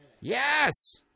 Yes